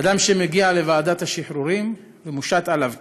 אדם שמגיע לוועדת השחרורים ומושת עליו קנס,